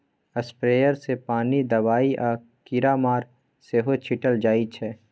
sprayer सँ पानि, दबाइ आ कीरामार सेहो छीटल जाइ छै